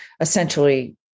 essentially